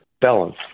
balance